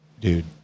dude